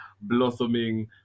blossoming